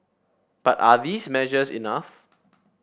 but are these measures enough